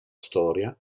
storia